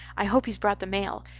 i hope he's brought the mail.